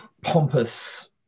pompous